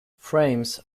frames